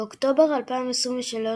באוקטובר 2023,